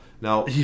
Now